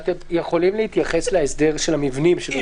אתם יכולים לעמוד על ההסדר של המבנים?